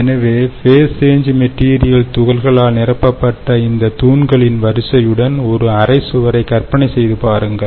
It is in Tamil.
எனவே ஃபேஸ் சேஞ் மெட்டீரியல் துகள்களால் நிரப்பப்பட்ட இந்த தூண்களின் வரிசையுடன் ஒரு அறை சுவரை கற்பனை செய்து பாருங்கள்